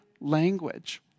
language